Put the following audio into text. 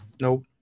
Nope